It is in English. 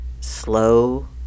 slow